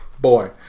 boy